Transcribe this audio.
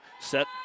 set